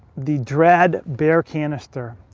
the dread bear canister.